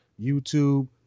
YouTube